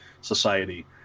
society